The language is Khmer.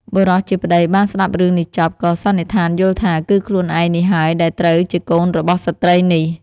បុរសជាប្ដីបានស្តាប់រឿងនេះចប់ ក៏សន្និដ្ឋានយល់ថា គឺខ្លួនឯងនេះហើយដែលត្រូវជាកូនរបស់ស្រ្តីនេះ។